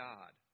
God